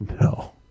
No